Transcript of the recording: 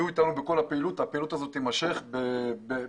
הם יהיו איתנו בכל הפעילות הזו שתימשך בסיקור